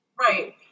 Right